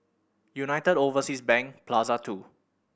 United Overseas Bank Plaza Two